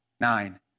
Nine